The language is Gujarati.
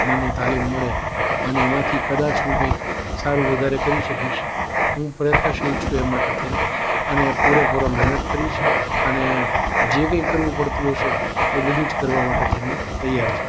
મને તાલીમ મળે અને એમાંથી કદાચ હું કંઈક સારું વધારે કરી શકીશ હું પ્રયત્નશીલ છું એ માટે થઈને અને પૂરેપૂરો મહેનત કરીશ અને જે કંઈ કરવું પડતું હશે એ બધું જ કરવા માટે થઈને તૈયાર છું